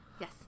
Yes